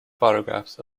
photographs